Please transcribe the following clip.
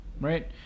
right